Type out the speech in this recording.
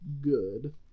good